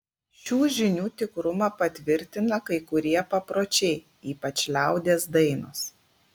šių žinių tikrumą patvirtina kai kurie papročiai ypač liaudies dainos